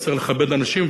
כי צריך לכבד אנשים,